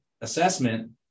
assessment